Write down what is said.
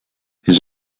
his